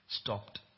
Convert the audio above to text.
stopped